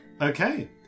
Okay